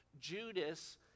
judas